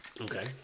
Okay